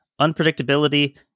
unpredictability